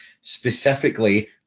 specifically